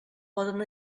poden